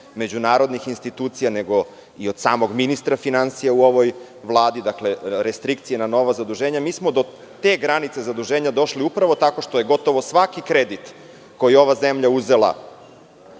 međunarodnih institucija, nego i od samog ministra finansija u ovoj Vladi, dakle restrikcije na nova zaduženja, mi smo do te granice zaduženja došli, upravo tako što je gotovo svaki kredit koji je ova zemlja uzela